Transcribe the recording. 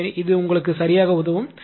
எனவே இது உங்களுக்கு சரியாக உதவும்